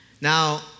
Now